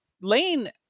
Lane